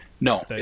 No